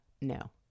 No